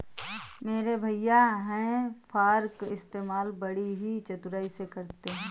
मेरे भैया हे फार्क इस्तेमाल बड़ी ही चतुराई से करते हैं